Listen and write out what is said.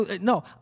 No